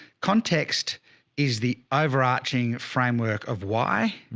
context is the overarching framework of why,